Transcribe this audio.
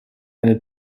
eine